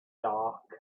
dark